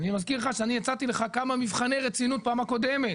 אני מזכיר לך שאני הצעתי לך כמה מבחני רצינות בפעם הקודמת,